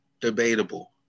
debatable